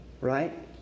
right